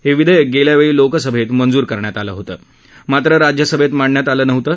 हा विधास्क गल्ला वछी लोकसभत्त मंजूर करण्यात आलं होतं मात्र राज्यसभतीमांडण्यात आलं नव्हतं